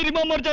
yeah moment and